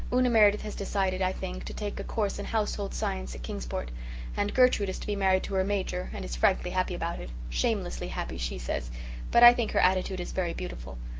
una meredith has decided, i think, to take a course in household science at kingsport and gertrude is to be married to her major and is frankly happy about it shamelessly happy she says but i think her attitude is very beautiful.